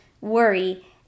worry